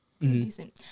decent